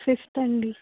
fifth అండి